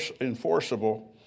enforceable